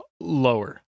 lower